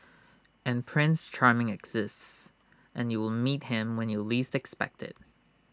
and prince charming exists and you will meet him when you least expect IT